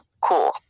cool